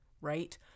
Right